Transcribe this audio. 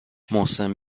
محسن